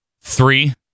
Three